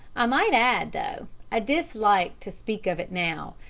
i might add, though i dislike to speak of it now,